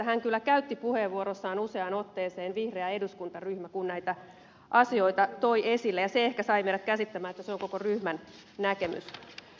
alanko kahiluoto kyllä mainitsi puheenvuorossaan useaan otteeseen vihreän eduskuntaryhmän kun näitä asioita toi esille ja se ehkä sai meidät käsittämään että se on koko ryhmän näkemys